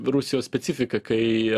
rusijos specifika kai